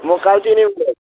म कालचिनी ब्लक